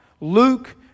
Luke